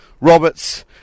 Roberts